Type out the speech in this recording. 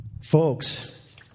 Folks